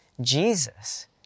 Jesus